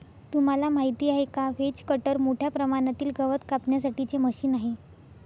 तुम्हाला माहिती आहे का? व्हेज कटर मोठ्या प्रमाणातील गवत कापण्यासाठी चे मशीन आहे